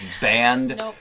banned